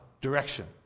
direction